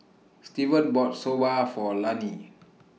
Steven bought Soba For Lanie